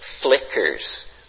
flickers